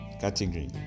category